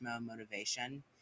motivation